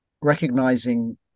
recognizing